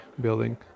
building